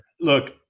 Look